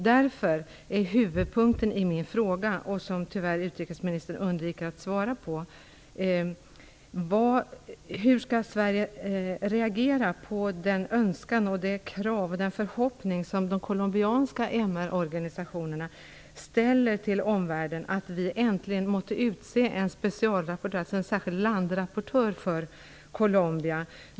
Därför är huvudpunkten i min fråga, vilket tyvärr utrikesministern undviker att svara på: Hur skall Sverige reagera på den önskan, det krav och den förhoppning som de colombianska MR-organisationerna ställer till omvärlden att vi äntligen utser en särskild landrapportör för Colombia?